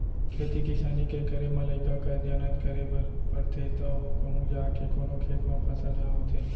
खेती किसानी के करे म लइका कस जनत करे बर परथे तव कहूँ जाके कोनो खेत म फसल ह होथे